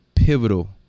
pivotal